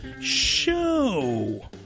Show